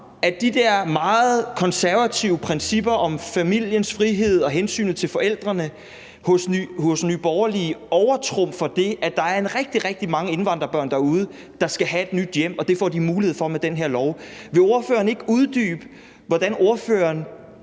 at de der meget konservative principper om familiens frihed og hensynet til forældrene hos Nye Borgerlige overtrumfer det, at der er rigtig mange indvandrerbørn derude, der skal have et nyt hjem, hvilket de får mulighed for at få med den her lov. Vil ordføreren ikke uddybe, hvorfor ordføreren